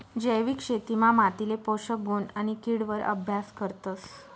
जैविक शेतीमा मातीले पोषक गुण आणि किड वर अभ्यास करतस